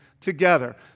together